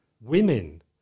women